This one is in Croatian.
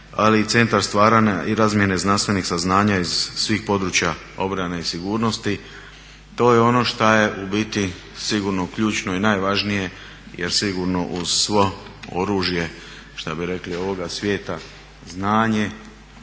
ali i centar stvaranja i razmjene znanstvenih saznanja iz svih područja obrane i sigurnosti. To je ono što je u biti sigurno ključno i najvažnije jer sigurno uz svo oružje šta bi rekli ovoga svijeta, znanje